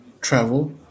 travel